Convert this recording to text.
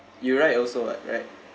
you ride also [what] right